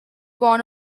born